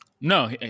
No